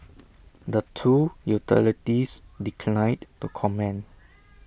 the two utilities declined to comment